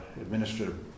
administrative